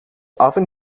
often